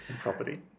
property